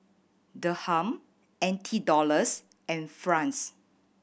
Dirham N T Dollars and franc